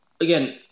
again